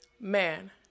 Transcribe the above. man